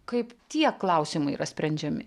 kaip tie klausimai yra sprendžiami